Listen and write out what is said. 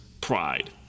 pride